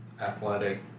athletic